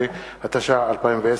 11), התש"ע 2010,